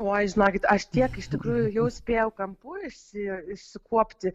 oi žinokit aš tiek iš tikrųjų jau spėjau kampų išsi išsikuopti